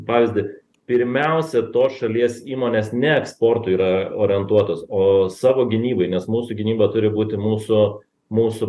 pavyzdį pirmiausia tos šalies įmonės ne eksportu yra orientuotos o savo gynybai nes mūsų gynyba turi būti mūsų mūsų